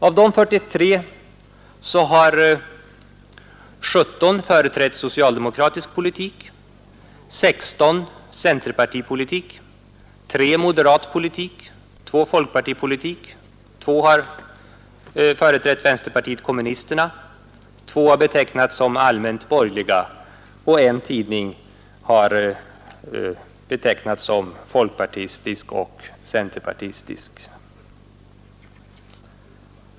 Av dessa 43 har 17 företrätt socialdemokratisk politik, 16 centerpartipolitik, 3 moderat politik, 2 folkpartipolitik, 2 har företrätt vänsterpartiet kommunisterna, 2 har betecknats som allmänt borgerliga och en tidning har betecknats som både folkpartistisk och centerpartistisk.